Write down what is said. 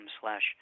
slash